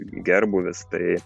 gerbūvis tai